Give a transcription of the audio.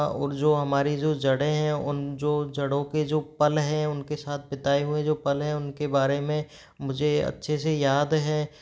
और जो हमारी जो जड़ें हैं उन जो जड़ों के जो पल है उनके साथ बिताए हुए जो पल है उनके बारे में मुझे अच्छे से याद है